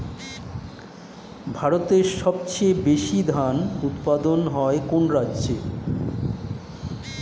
ভারতের সবচেয়ে বেশী ধান উৎপাদন হয় কোন রাজ্যে?